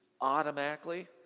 automatically